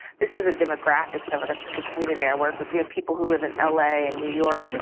this is the demographics of of the the community i worked with. we had people who live in l a. and new york,